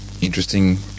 interesting